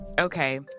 Okay